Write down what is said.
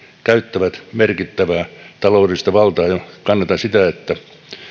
käyttävät merkittävää taloudellista valtaa kannatan sitä että